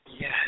Yes